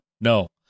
No